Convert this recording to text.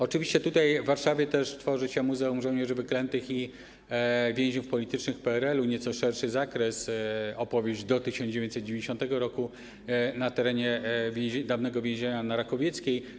Oczywiście tutaj, w Warszawie, też tworzy się Muzeum Żołnierzy Wyklętych i Więźniów Politycznych PRL - nieco szerszy zakres, opowieść do 1990 r. - na terenie dawnego więzienia na Rakowieckiej.